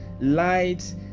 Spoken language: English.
light